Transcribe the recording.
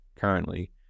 currently